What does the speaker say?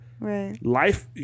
Life